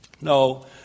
No